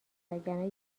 وگرنه